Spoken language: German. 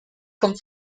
vom